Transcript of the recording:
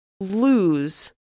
lose